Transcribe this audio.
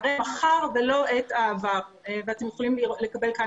אתם יכולים לקבל כאן